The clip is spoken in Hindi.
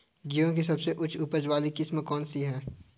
गेहूँ की सबसे उच्च उपज बाली किस्म कौनसी है?